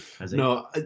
No